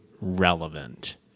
relevant